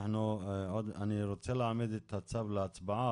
אני רוצה להעמיד את הצו להצבעה,